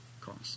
cost